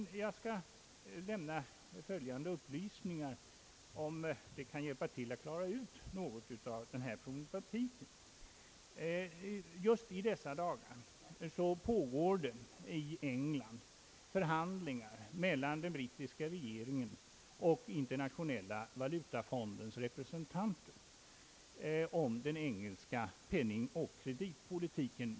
Jag skulle vilja lämna följande upplysningar, om det kan hjälpa till att klara ut någonting av problematiken kring denna fråga. Just i dessa dagar pågår det i England förhandlingar mellan den brittiska regeringen och Internationella valutafondens representanter om den engelska penningoch kreditpolitiken.